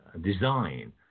design